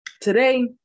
Today